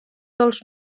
dels